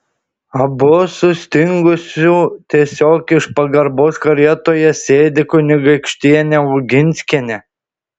abu sustingusiu tiesiog iš pagarbos karietoje sėdi kunigaikštienė oginskienė